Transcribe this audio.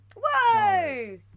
Whoa